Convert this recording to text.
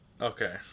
Okay